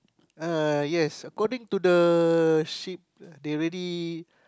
uh yes according to the sheet they already